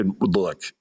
look